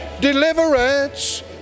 deliverance